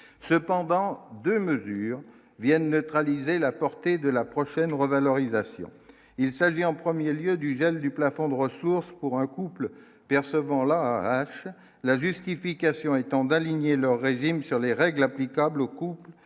cependant 2 mesures viennent neutraliser la portée de la prochaine revalorisation, il s'agit en 1er lieu du gel du plafond de ressources pour un couple percevant la hache la justification étant d'aligner leur régime sur les règles applicables aux